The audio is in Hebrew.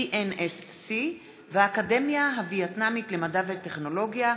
VNSC, והאקדמיה הווייטנאמית למדע וטכנולוגיה,